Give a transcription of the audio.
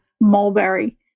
mulberry